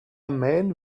man